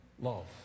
love